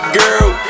girl